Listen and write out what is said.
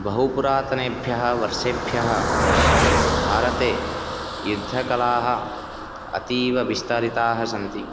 बहु पुरातनेभ्यः वर्षेभ्यः भारते युद्धकलाः अतीवविस्तरिताः सन्ति